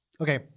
Okay